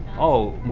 oh,